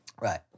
Right